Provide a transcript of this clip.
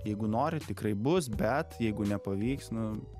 jeigu nori tikrai bus bet jeigu nepavyks nu